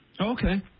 okay